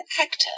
actor